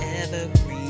evergreen